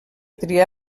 triar